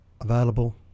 available